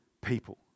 people